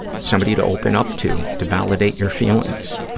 somebody to open up to, to validate your feelings.